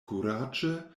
kuraĝe